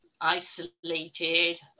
isolated